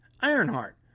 Ironheart